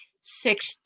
six